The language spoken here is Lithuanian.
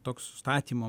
toks statymo